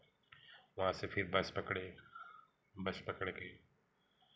वहाँ से फिर बस पकड़े बस पकड़ कर